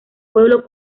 pueblo